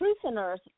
prisoners